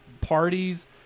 parties